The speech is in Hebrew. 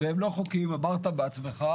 והם לא חוקיים, אמרת בעצמך.